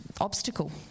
obstacle